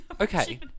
Okay